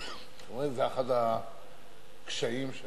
רואים, זה אחד הקשיים.